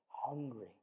hungry